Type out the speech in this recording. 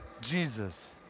Jesus